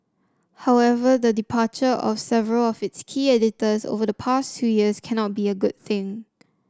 however the departure of several of its key editors over the past two years cannot be a good thing